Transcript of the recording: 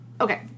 okay